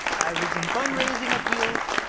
i was in fundraising appeals.